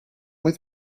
with